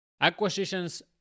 Acquisitions